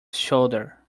shoulder